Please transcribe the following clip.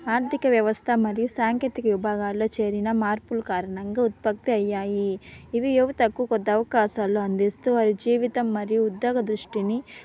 ఆర్థిక వ్యవస్థ మరియు సాంకేతిక విభాగాల్లో చేరిన మార్పులు కారణంగా ఉత్పత్తి అయ్యాయి ఇవి ఏవి తక్కువ కొత్త అవకాశాలు అందిస్తూ వారి జీవితం మరియు ఉద్యోగ దృష్టిని